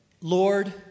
Lord